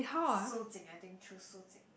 Su Jing I think choose Su Jing